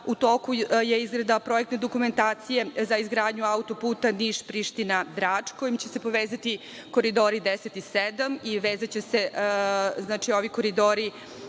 U toku je izrada projektne dokumentacije za izgradnju autoputa Niš-Priština-Drač, kojim će se povezati Koridori 10 i 7 i povezaće se ovi koridori